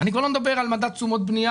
אני כבר לא מדבר על מדד תשומות בנייה